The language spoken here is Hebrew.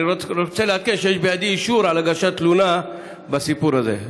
אני רוצה לעדכן שיש בידי אישור על הגשת תלונה בסיפור הזה.